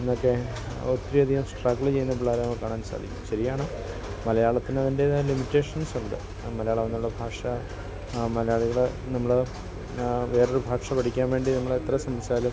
ഇന്നൊക്കെ ഒത്തിരി അധികം സ്ട്രഗിള് ചെയ്യുന്ന പിള്ളേരെ നമുക്ക് കാണാൻ സാധിക്കും ശരിയാണ് മലയാളത്തിനതിൻറ്റേതായ ലിമിറ്റേഷൻസുണ്ട് ആ മലയാളമെന്നുള്ള ഭാഷ ആ മലയാളികൾ നമ്മൾ വേറൊരു ഭാഷ പഠിക്കാൻ വേണ്ടി നമ്മളെത്ര ശ്രമിച്ചാലും